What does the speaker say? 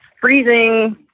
freezing